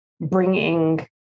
bringing